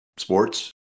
sports